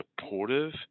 supportive